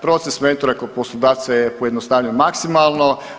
Proces mentora kod poslodavca je pojednostavljen maksimalno.